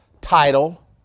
title